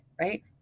right